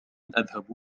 أذهب